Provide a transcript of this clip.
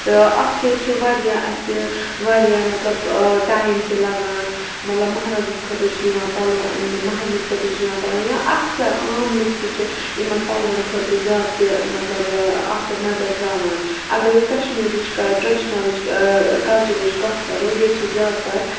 تہٕ اَتھ سۭتۍ چھِ واریاہ اَسہِ واریاہ مطلب ٹایِم تہِ لَگان مطلب مہرازَس خٲطرٕ چھِ یِوان پَلو اَننہٕ مہِرنہٕ ہِندِ خٲطرٕ چھِ یِوان پَلو اَننہ یا اکثر عام لُکھ تہِ چھِ یِمَن پَلوَن خٲطرٕ زیادٕ تہِ مطلب اَتھ پٮ۪ٹھ نظر تراوان اگر أسۍ کشمیرٕچ تریڑِشَنَلٕچ کَلچَرٕچ کَتھ کَرو ییٚتہِ چھِ زیادٕ تَر